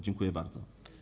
Dziękuję bardzo.